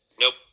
Nope